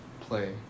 play